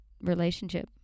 relationship